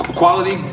quality